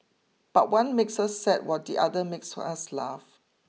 but one makes us sad while the other one makes us laugh